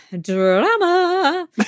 drama